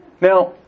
Now